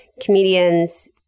comedians